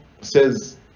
says